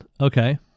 Okay